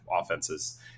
offenses